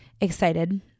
excited